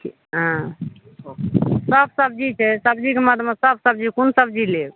हँ सब सबजी छै सबजीके मदमे सब सब्जी कोन सबजी लेब